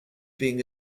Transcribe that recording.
being